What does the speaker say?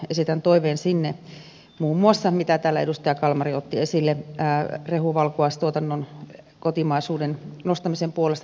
esitän toiveen sinne muun muassa mitä täällä edustaja kalmari otti esille rehuvalkuaistuotannon kotimaisuuden nostamisen puolesta